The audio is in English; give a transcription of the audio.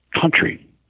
country